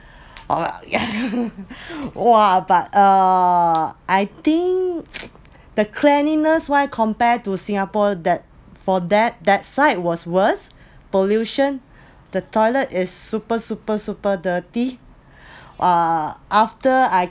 or yeah !wah! but uh I think the cleanliness wise compared to singapore that for that that side was worst pollution the toilet is super super super dirty uh after I